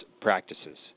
practices